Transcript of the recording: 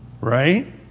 right